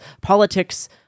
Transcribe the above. politics